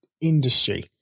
industry